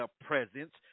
presence